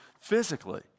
physically